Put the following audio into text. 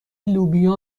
لوبیا